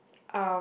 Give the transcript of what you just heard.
um